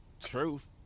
Truth